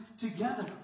together